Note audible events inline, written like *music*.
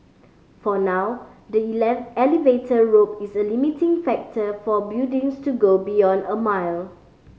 for now the *unintelligible* elevator rope is a limiting factor for buildings to go beyond a mile